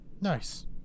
Nice